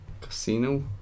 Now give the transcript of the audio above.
casino